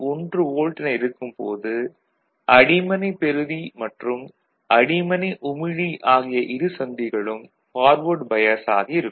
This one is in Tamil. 1 வோல்ட் என இருக்கும் போது அடிமனை பெறுதி மற்றும் அடிமனை உமிழி ஆகிய இருச் சந்திகளும் பார்வேர்டு பையாஸ் ஆகி இருக்கும்